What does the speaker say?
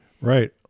Right